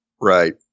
Right